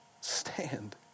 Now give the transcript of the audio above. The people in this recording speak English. stand